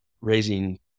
raising